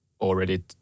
already